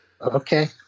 Okay